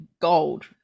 gold